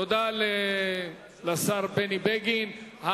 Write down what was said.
תודה לשר בני בגין.